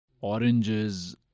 oranges